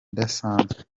idasanzwe